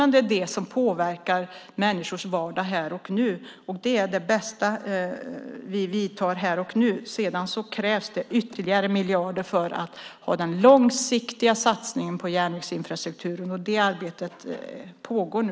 Men det är vad som påverkar människors vardag här och nu. Det är det bästa vi vidtar här och nu. Sedan krävs det ytterligare miljarder för att ha den långsiktiga satsningen på järnvägsinfrastrukturen. Det arbetet pågår nu.